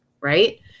Right